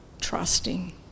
trusting